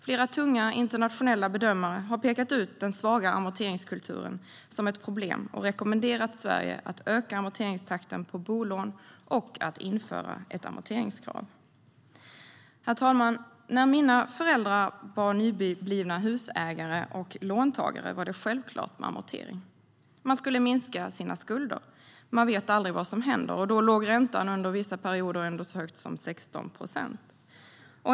Flera tunga internationella bedömare har pekat ut den svaga amorteringskulturen som ett problem och rekommenderat Sverige att öka amorteringstakten på bolån och att införa ett amorteringskrav. Herr talman! När mina föräldrar var nyblivna husägare och låntagare var det självklart med amortering. Man skulle minska sina skulder. Man vet aldrig vad som händer. Då låg räntan under vissa perioder ändå så högt som 16 procent.